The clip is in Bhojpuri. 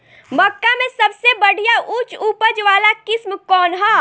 मक्का में सबसे बढ़िया उच्च उपज वाला किस्म कौन ह?